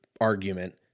argument